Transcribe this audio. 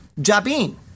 Jabin